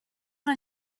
una